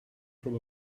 from